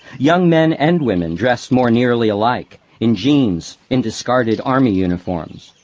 young men and women dressed more nearly alike, in jeans, in discarded army uniforms.